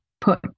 put